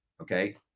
Okay